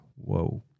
Whoa